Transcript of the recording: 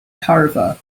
tarifa